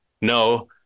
No